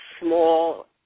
small